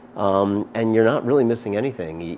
um and you're not really missing anything. yeah